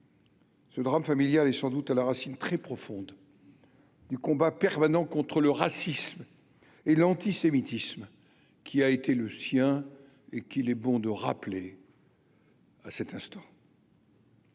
Ce drame familial et sans doute à la racine, très profonde. Du combat permanent contre le racisme et l'antisémitisme, qui a été le sien et qu'il est bon de rappeler. à cet instant.